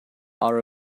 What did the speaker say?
are